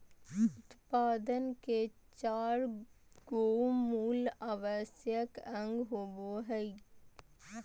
उत्पादन के चार गो मूल आवश्यक अंग होबो हइ